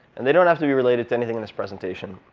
and they don't have to be related to anything in this presentation.